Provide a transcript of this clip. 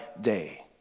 day